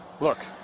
look